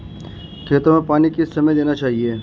खेतों में पानी किस समय देना चाहिए?